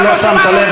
אם לא שמת לב,